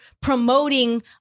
promoting